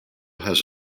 has